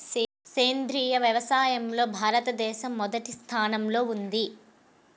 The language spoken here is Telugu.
సేంద్రీయ వ్యవసాయంలో భారతదేశం మొదటి స్థానంలో ఉంది